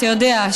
אתה יודע,